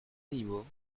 animaux